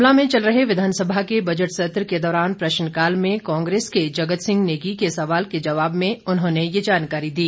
शिमला में चल रहे विधानसभा के बजट सत्र के दौरान प्रश्नकाल में कांग्रेस विधायक जगत सिंह नेगी के सवाल के जवाब में उन्होंने ये जानकारी दी